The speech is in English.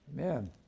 Amen